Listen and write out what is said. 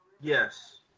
Yes